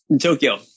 Tokyo